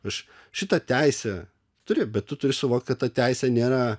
aš šitą teisę turiu bet tu turi suvokt kad ta teisė nėra